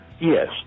Yes